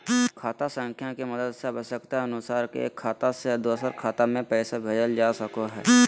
खाता संख्या के मदद से आवश्यकता अनुसार एक खाता से दोसर खाता मे पैसा भेजल जा सको हय